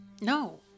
No